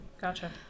gotcha